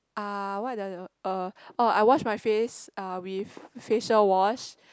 ah what do I do ah uh oh I wash my face uh with facial wash